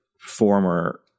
former